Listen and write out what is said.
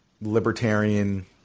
libertarian